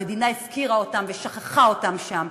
המדינה הפקירה אותם ושכחה אותם שם,